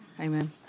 Amen